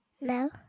No